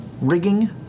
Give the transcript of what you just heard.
rigging